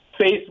Facebook